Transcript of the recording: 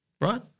right